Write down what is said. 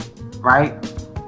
Right